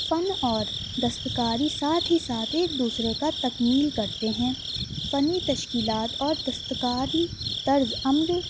فن اور دستکاری ساتھ ہی ساتھ ایک دوسرے کا تکمیل کرتے ہیں فنی تشکیلات اور دستکاری طرز عمل